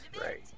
right